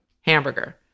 Hamburger